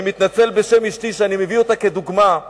אני מתנצל בשם אשתי שאני מביא אותה כדוגמה.